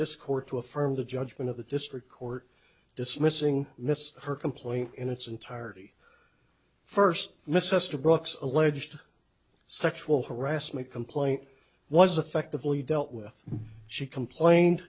this court to affirm the judgment of the district court dismissing miss her complaint in its entirety first mr brooks alleged sexual harassment complaint was effectively dealt with she complained